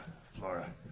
Flora